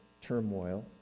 turmoil